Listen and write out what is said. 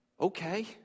okay